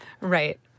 Right